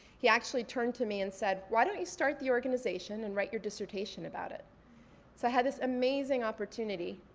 he actually turned to me and said, why don't you start the organization and write your dissertation about it? so i had this amazing opportunity,